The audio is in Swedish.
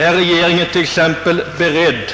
Är regeringen t.ex. beredd